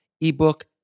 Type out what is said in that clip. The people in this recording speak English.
ebook